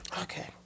Okay